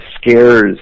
scares